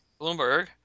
Bloomberg